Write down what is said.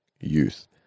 youth